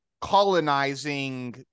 colonizing